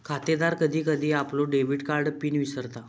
खातेदार कधी कधी आपलो डेबिट कार्ड पिन विसरता